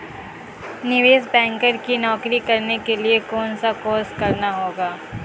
निवेश बैंकर की नौकरी करने के लिए कौनसा कोर्स करना होगा?